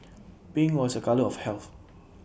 pink was A colour of health